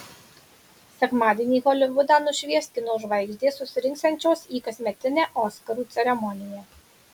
sekmadienį holivudą nušvies kino žvaigždės susirinksiančios į kasmetinę oskarų ceremoniją